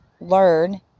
learn